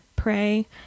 pray